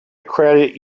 credit